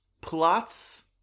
plots